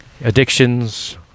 addictions